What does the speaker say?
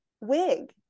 wig